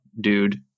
dude